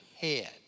head